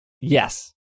Yes